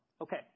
Okay